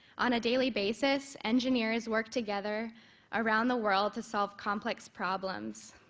on a daily basis, engineers work together around the world to solve complex problems.